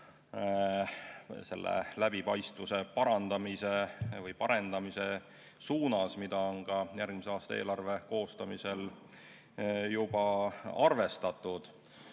samme läbipaistvuse parandamise või parendamise suunas, mida on ka järgmise aasta eelarve koostamisel juba arvestatud.